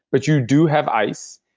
but you do have ice.